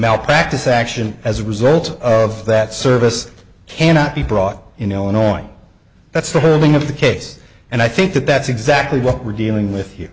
malpractise action as a result of that service cannot be brought in illinois that's the building of the case and i think that that's exactly what we're dealing with